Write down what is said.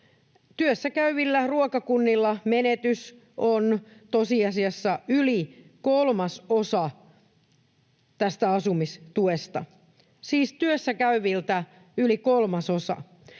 työssäkäyvillä ruokakunnilla menetys on tosiasiassa yli kolmasosa tästä asumistuesta, siis työssäkäyviltä yli kolmasosa.